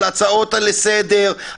על ההצעות לסדר,